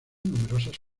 numerosas